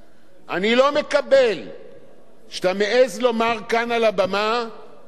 שאתה מעז לומר כאן על הבמה שהחוק הזה הוא אמירה צינית,